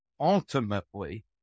ultimately